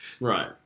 right